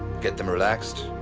get them relaxed.